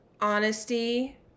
honesty